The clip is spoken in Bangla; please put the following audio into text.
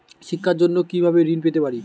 শিক্ষার জন্য কি ভাবে ঋণ পেতে পারি?